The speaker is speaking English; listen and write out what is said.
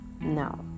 No